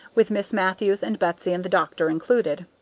with miss matthews and betsy and the doctor included.